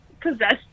possessed